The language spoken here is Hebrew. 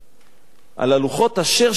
על הלוחות, אשר שיברת.